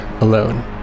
alone